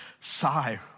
sigh